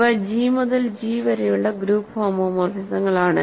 ഇവ ജി മുതൽ ജി വരെയുള്ള ഗ്രൂപ്പ് ഹോമോമോർഫിസങ്ങളാണ്